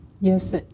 Yes